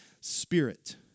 spirit